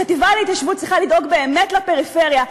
החטיבה להתיישבות צריכה לדאוג באמת לפריפריה,